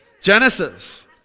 Genesis